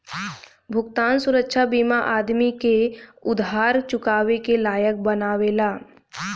भुगतान सुरक्षा बीमा आदमी के उधार के चुकावे के लायक बनावेला